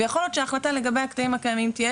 ויכול להיות שההחלטה לגבי הקטעים הקיימים תהיה,